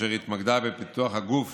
אשר התמקדה בפיתוח הגוף